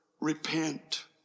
repent